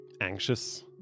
anxious